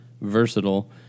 versatile